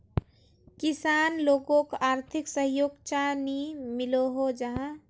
किसान लोगोक आर्थिक सहयोग चाँ नी मिलोहो जाहा?